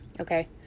okay